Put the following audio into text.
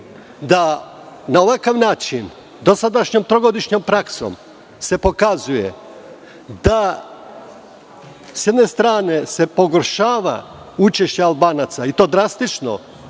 da ovakav način sa dosadašnjom, trogodišnjom praksom pokazuje da s jedne strane se pogoršava učešće Albanaca, i to drastično